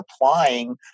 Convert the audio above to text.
applying